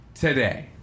Today